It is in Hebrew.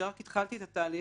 כשרק התחלתי את התהליך,